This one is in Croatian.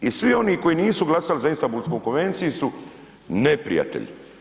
I svi oni koji nisu glasali za Istambulsku konvenciju su neprijatelji.